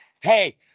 hey